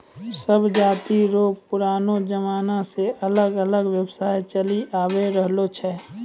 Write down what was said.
सब जाति रो पुरानो जमाना से अलग अलग व्यवसाय चलि आवि रहलो छै